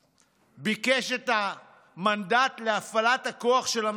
ביקש את המנדט להפעלת הכוח של המשטרה.